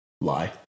Lie